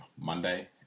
Monday